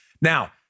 Now